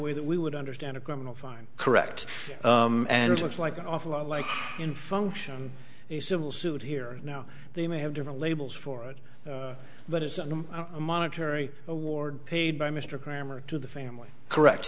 way that we would understand a criminal fine correct and looks like an awful lot like in function the civil suit here now they may have different labels for it but it's a monetary award paid by mr grammer to the family correct